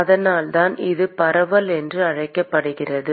அதனால்தான் இது பரவல் என்று அழைக்கப்படுகிறது